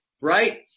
right